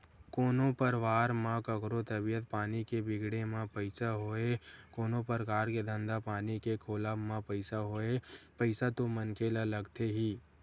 कोनो परवार म कखरो तबीयत पानी के बिगड़े म पइसा होय कोनो परकार के धंधा पानी के खोलब म पइसा होय पइसा तो मनखे ल लगथे ही